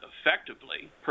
effectively